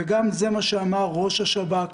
גם זה מה שאמר ראש השב"כ,